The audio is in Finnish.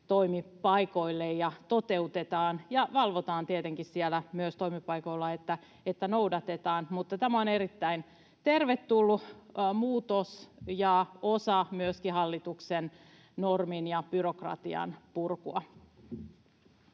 toimipaikoille ja toteutetaan ja myös tietenkin valvotaan siellä toimipaikoilla, että sitä noudatetaan. Mutta tämä on erittäin tervetullut muutos ja myöskin osa hallituksen normien ja byrokratian purkua.